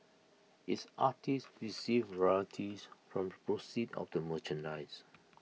its artists receive royalties from proceeds of the merchandise